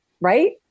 right